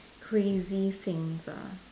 crazy things ah